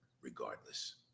regardless